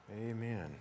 amen